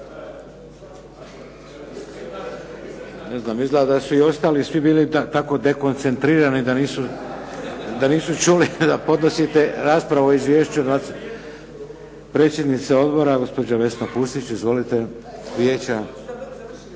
Ne znam, izgleda da su i ostali svi bili tako dekoncentrirani da nisu čuli da podnosite raspravu o izvješću. Predsjednica odbora gospođa Vesna Pusić. Izvolite.